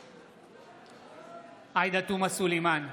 נגד עאידה תומא סלימאן,